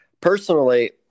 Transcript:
Personally